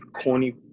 corny